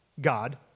God